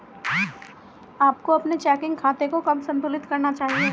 आपको अपने चेकिंग खाते को कब संतुलित करना चाहिए?